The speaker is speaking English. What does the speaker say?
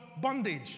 bondage